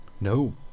No